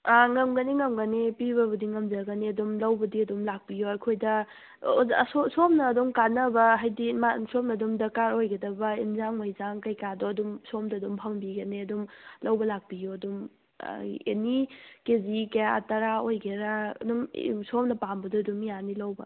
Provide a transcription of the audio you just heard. ꯑꯥ ꯉꯝꯒꯅꯤ ꯉꯝꯒꯅꯤ ꯄꯤꯕꯕꯨꯗꯤ ꯉꯝꯖꯒꯅꯤ ꯑꯗꯨꯝ ꯂꯧꯕꯗꯤ ꯑꯗꯨꯝ ꯂꯥꯛꯄꯤꯌꯣ ꯑꯩꯈꯣꯏꯗ ꯁꯣꯝꯅ ꯑꯗꯨꯝ ꯀꯥꯟꯅꯕ ꯍꯥꯏꯗꯤ ꯁꯣꯝꯅ ꯑꯗꯨꯝ ꯗꯔꯀꯥꯔ ꯑꯣꯏꯒꯗꯕ ꯏꯟꯖꯥꯡ ꯃꯩꯖꯥꯡ ꯀꯩꯀꯥꯗꯣ ꯑꯗꯨꯝ ꯁꯣꯝꯗ ꯑꯗꯨꯝ ꯐꯪꯕꯤꯒꯅꯤ ꯑꯗꯨꯝ ꯂꯧꯕ ꯂꯥꯛꯄꯤꯌꯣ ꯑꯗꯨꯝ ꯑꯦꯅꯤ ꯀꯦꯖꯤ ꯀꯌꯥ ꯇꯔꯥ ꯑꯣꯏꯒꯦꯔꯥ ꯑꯗꯨꯝ ꯁꯣꯝꯅ ꯄꯥꯝꯕꯗꯣ ꯑꯗꯨꯝ ꯌꯥꯅꯤ ꯂꯧꯕ